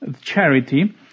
charity